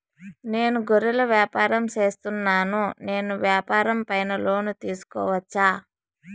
నేను గొర్రెలు వ్యాపారం సేస్తున్నాను, నేను వ్యాపారం పైన లోను తీసుకోవచ్చా?